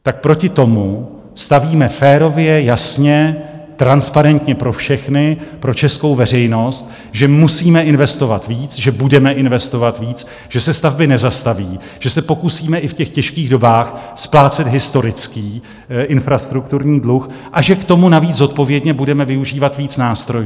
Tak proti tomu stavíme férově, jasně, transparentně pro všechny, pro českou veřejnost, že musíme investovat víc, že budeme investovat víc, že se stavby nezastaví, že se pokusíme i v těch těžkých dobách splácet historický infrastrukturní dluh a že k tomu navíc zodpovědně budeme využívat víc nástrojů.